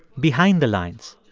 behind the lines.